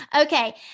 okay